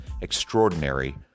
Extraordinary